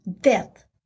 death